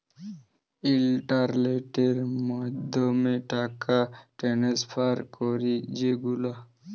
ইলটারলেটের মাধ্যমে টাকা টেনেসফার ক্যরি যে গুলা